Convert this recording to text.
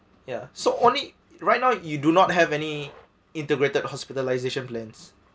ya so only right now you do not have any integrated hospitalisation plans